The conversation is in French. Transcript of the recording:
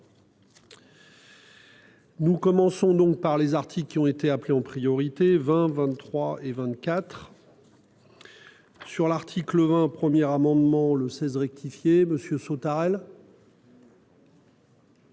Nous commençons donc par les articles qui ont été appelés en priorité 20 23 et 24.-- Sur l'article un premier amendement le 16 rectifié monsieur